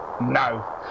no